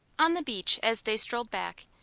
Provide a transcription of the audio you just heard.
on the beach as they strolled back,